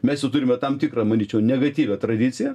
mes jau turime tam tikrą manyčiau negatyvią tradiciją